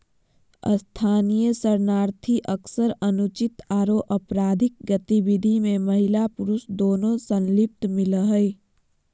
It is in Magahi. स्थानीय शरणार्थी अक्सर अनुचित आरो अपराधिक गतिविधि में महिला पुरुष दोनों संलिप्त मिल हई